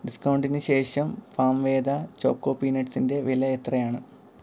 ഡിസ്കൗണ്ടിന് ശേഷം ഫാംവേദ ചോക്കോ പീനട്ട്സിന്റെ വില എത്രയാണ്